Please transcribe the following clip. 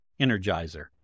energizer